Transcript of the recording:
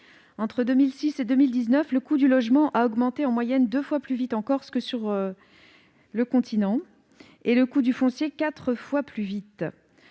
Entre 2006 et 2019, le coût du logement a augmenté en moyenne deux fois plus vite en Corse que sur le continent, et le coût du foncier quatre fois plus vite.